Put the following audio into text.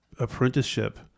apprenticeship